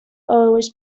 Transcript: always